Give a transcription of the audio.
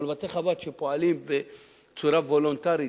אבל בתי-חב"ד שפועלים בצורה וולונטרית,